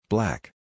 Black